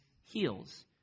heals